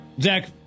Zach